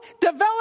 develop